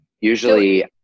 Usually